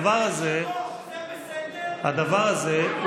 בחיים זה לא היה כך, בחיים.